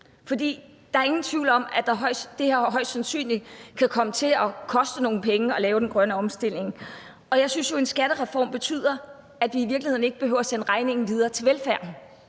der er ingen tvivl om, at det højst sandsynligt kan komme til at koste nogle penge at lave den grønne omstilling. Og jeg synes jo, at en skattereform betyder, at vi i virkeligheden ikke behøver at sende regningen til velfærden,